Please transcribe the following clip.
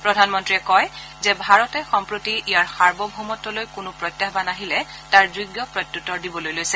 প্ৰধানমন্ত্ৰীয়ে কয় যে ভাৰতে সম্প্ৰতি ইয়াৰ সাৰ্বভৌমতলৈ কোনো প্ৰত্যাহবান আহিলে তাৰ যোগ্য প্ৰত্য্ত্তৰ দিবলৈ লৈছে